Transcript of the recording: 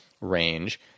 range